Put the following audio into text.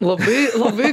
labai labai